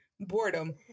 boredom